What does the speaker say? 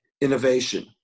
innovation